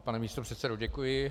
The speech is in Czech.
Pane místopředsedo, děkuji.